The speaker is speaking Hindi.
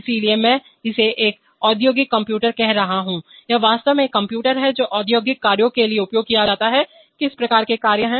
इसलिए मैं इसे एक औद्योगिक कंप्यूटर कह रहा हूं यह वास्तव में एक कंप्यूटर है जो औद्योगिक कार्यों के लिए उपयोग किया जाता है किस प्रकार के कार्य हैं